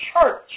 church